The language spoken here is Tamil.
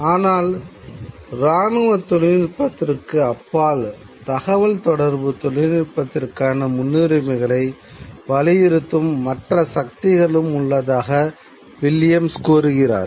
ஆனால் இராணுவ தொழில்நுட்பத்திற்கு அப்பால் தகவல்தொடர்பு தொழில்நுட்பத்திற்கான முன்னுரிமைகளை வலியுறுத்தும் மற்ற சக்திகளும் உள்ளதாக வில்லியம்ஸ் கூறுகிறார்